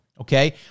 okay